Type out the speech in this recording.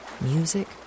music